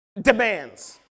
demands